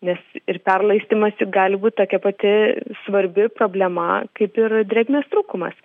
nes ir perlaistymas gali būt tokia pati svarbi problema kaip ir drėgmės trūkumas